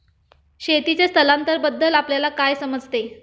शेतीचे स्थलांतरबद्दल आपल्याला काय समजते?